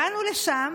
באנו לשם